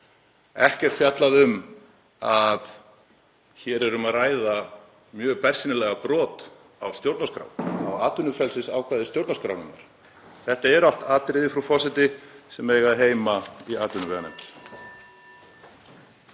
ekkert fjallað um að hér er um að ræða mjög bersýnilegt brot á stjórnarskrá, á atvinnufrelsisákvæði stjórnarskrárinnar? Þetta eru allt atriði, frú forseti, sem eiga heima í atvinnuveganefnd.